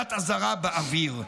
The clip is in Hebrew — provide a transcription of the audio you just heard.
יריית אזהרה באוויר.